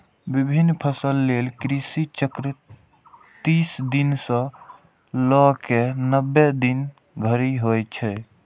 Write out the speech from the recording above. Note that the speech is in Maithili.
विभिन्न फसल लेल कृषि चक्र तीस दिन सं लए कए नब्बे दिन धरि होइ छै